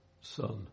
son